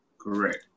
Correct